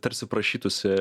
tarsi prašytųsi